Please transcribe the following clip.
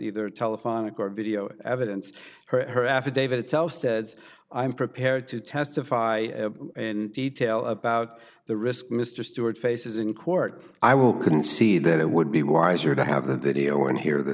either telephonic or video evidence her affidavit itself says i'm prepared to testify in detail about the risk mr stewart faces in court i will can see that it would be wiser to have the video and hear the